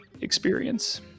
experience